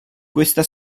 questa